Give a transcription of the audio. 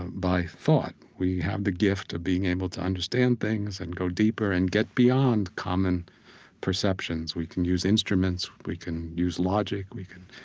by thought. we have the gift of being able to understand things and go deeper and get beyond common perceptions. we can use instruments. we can use logic. we can